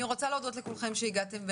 אני רוצה להודות לכולכם שהגעתם,